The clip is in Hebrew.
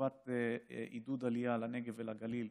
לטובת עידוד עלייה לנגב ולגליל,